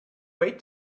wait